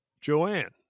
Joanne